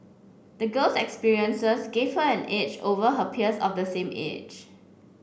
the girl's experiences gave her an edge over her peers of the same age